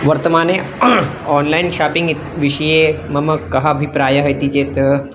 वर्तमाने online shopping इति विषये मम कः अभिप्रायः इति चेत्